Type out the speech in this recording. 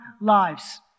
lives